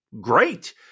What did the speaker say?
great